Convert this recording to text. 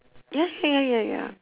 ya ya ya ya ya